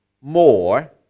more